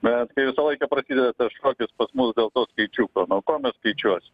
bet kaip visą laiką prasideda tas šokis pas mus dėl to skaičiuko nuo ko mes skaičiuosim